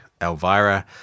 Elvira